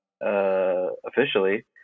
officially